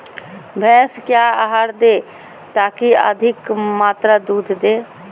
भैंस क्या आहार दे ताकि अधिक मात्रा दूध दे?